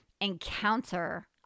encounter